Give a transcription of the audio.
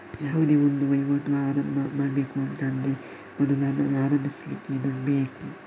ಯಾವುದೇ ಒಂದು ವೈವಾಟು ಆರಂಭ ಮಾಡ್ಬೇಕು ಅಂತ ಆದ್ರೆ ಮೊದಲು ಅದನ್ನ ಆರಂಭಿಸ್ಲಿಕ್ಕೆ ದುಡ್ಡಿರ್ಬೇಕು